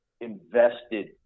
invested